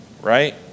right